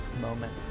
moment